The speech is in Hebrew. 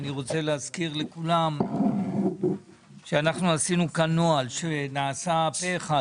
אני רוצה להזכיר לכולם שאנחנו עשינו כאן נוהל והוא התקבל פה אחד